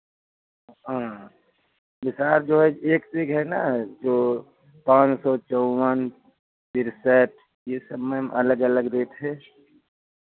हाँ बिसार जो है एक से एक है ना जो पाँच सौ चौबन तिरसठ ये सब मैम अलग अलग रेट है